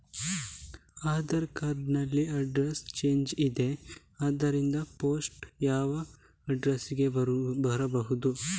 Aadhaar card ನಲ್ಲಿ address change ಇದೆ ಆದ್ದರಿಂದ ಪೋಸ್ಟ್ ಯಾವ ಅಡ್ರೆಸ್ ಗೆ ಬರಬಹುದು?